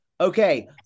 Okay